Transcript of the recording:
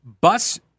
bus